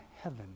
heaven